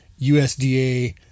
USDA